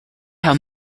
how